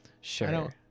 Sure